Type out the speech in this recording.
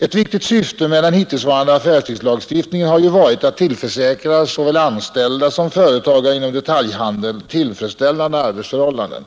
Ett viktigt syfte med den hittillsvarande affärstidslagstiftningen har varit att tillförsäkra såväl anställda som företagare inom detaljhandeln tillfredsställande arbetsförhållanden.